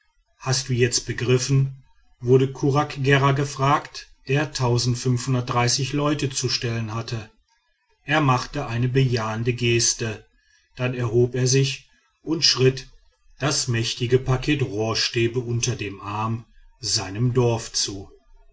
hast du jetzt begriffen wurde kuraggera gefragt der leute zu stellen hatte er machte eine bejahende geste dann erhob er sich und schritt das mächtige paket rohrstäbe unter dem arm seinem dorf zu